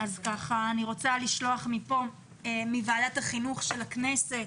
אני רוצה לשלוח מפה, מוועדת החינוך של הכנסת,